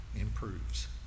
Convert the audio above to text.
improves